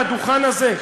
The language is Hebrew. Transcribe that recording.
על הדוכן הזה,